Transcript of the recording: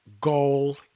goal